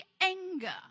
anger